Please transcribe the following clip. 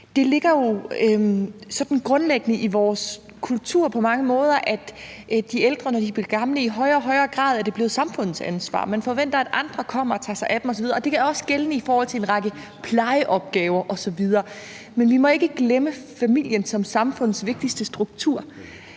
måder sådan grundlæggende i vores kultur, at de ældre, når de bliver gamle, i højere og højere grad er blevet samfundets ansvar – man forventer, at andre kommer og tager sig af dem osv. Og det er også gældende i forhold til en række plejeopgaver osv. Men vi må ikke glemme familien som samfundets vigtigste struktur.